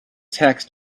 tax